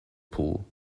pool